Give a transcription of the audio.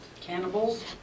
cannibals